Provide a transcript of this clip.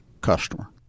customer